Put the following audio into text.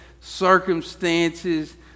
circumstances